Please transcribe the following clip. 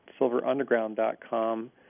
silverunderground.com